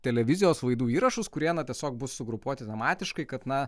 televizijos laidų įrašus kurie na tiesiog bus sugrupuoti tematiškai kad na